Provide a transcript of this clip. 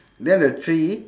then the tree